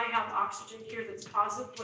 oxygen here that's positive,